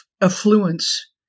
affluence